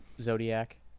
Zodiac